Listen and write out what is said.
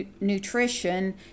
nutrition